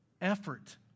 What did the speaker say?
effort